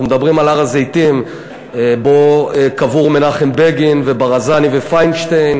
אנחנו מדברים על הר-הזיתים שבו קבורים מנחם בגין וברזאני ופיינשטיין